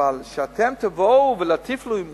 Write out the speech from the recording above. אבל שאתם תבואו ותטיפו לי מוסר,